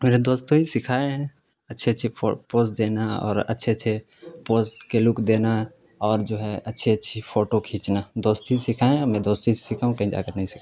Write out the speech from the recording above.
میرے دوستوں ہی سکھائے ہیں اچھی اچھی پوز دینا اور اچھے اچھے پوز کے لک دینا اور جو ہے اچھی اچھی فوٹو کھیچنا دوست ہی سکھائے ہیں اور میں دوست ہی سے سیکھا ہوں کہیں جا کر نہیں سیکھا